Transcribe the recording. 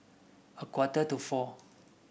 a quarter to four